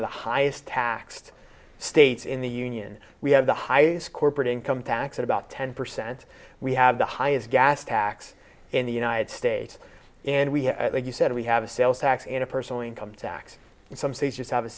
of the highest taxed states in the union we have the highest corporate income tax at about ten percent we have the highest gas tax in the united states and we have you said we have a sales tax in a personal income tax in some states you have a